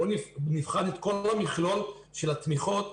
בואו ונבחן את כל המכלול של התמיכות,